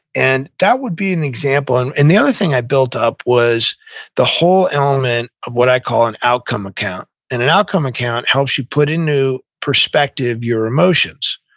and that would be an example. and and the other thing i built up was the whole element of what i call an outcome account, and an outcome account helps you put in new perspective your emotions,